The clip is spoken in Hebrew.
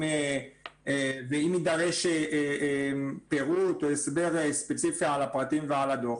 אם נדרש פירוט או הסבר ספציפי על הפרטים ועל הדוח,